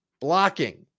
Blocking